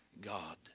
God